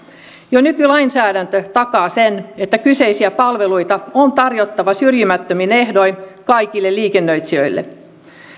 jo nykylainsäädäntö takaa sen että kyseisiä palveluita on tarjottava syrjimättömin ehdoin kaikille liikennöitsijöille